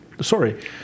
Sorry